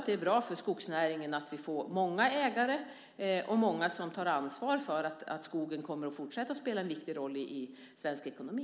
Det är bra för skogsnäringen att vi får många ägare och många som tar ansvar för att skogen fortsätter att spela en viktig roll i svensk ekonomi.